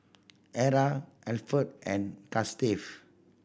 Era Alferd and Gustave